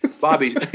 Bobby